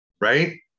Right